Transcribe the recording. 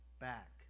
back